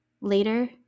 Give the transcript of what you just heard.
Later